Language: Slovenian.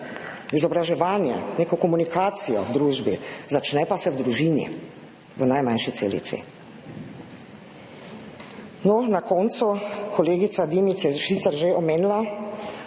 izobraževanje, neko komunikacijo v družbi, začne pa se v družini, v najmanjši celici. Na koncu. Kolegica Dimic je sicer že omenila,